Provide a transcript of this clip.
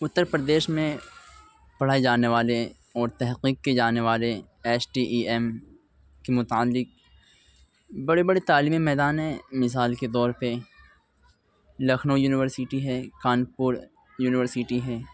اتر پردیش میں پڑھائے جانے والے اور تحقیق کیے جانے والے ایس ٹی ای ایم کے متعلق بڑے بڑے تعلیمی میدان ہیں مثال کے طور پہ لکھنؤ یونیورسٹی ہے کان پور یونیورسٹی ہے